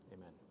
Amen